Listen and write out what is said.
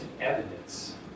evidence